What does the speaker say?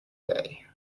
day